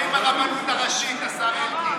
מה עם הרבנות הראשית, השר אלקין?